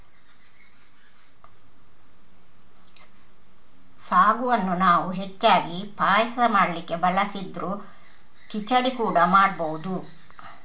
ಸಾಗುವನ್ನ ನಾವು ಹೆಚ್ಚಾಗಿ ಪಾಯಸ ಮಾಡ್ಲಿಕ್ಕೆ ಬಳಸಿದ್ರೂ ಖಿಚಡಿ ಕೂಡಾ ಮಾಡ್ಬಹುದು